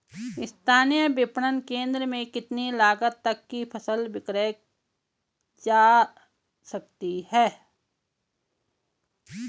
स्थानीय विपणन केंद्र में कितनी लागत तक कि फसल विक्रय जा सकती है?